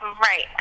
right